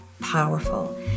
powerful